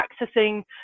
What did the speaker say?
accessing